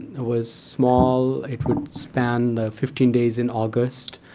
was small. it would span fifteen days in august.